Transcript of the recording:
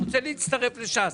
הוא רוצה להצטרף לש"ס,